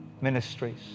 ministries